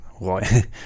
right